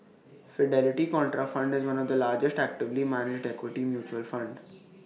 Fidelity Contrafund is one of the largest actively managed equity mutual fund